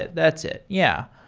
it. that's it. yeah.